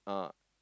uh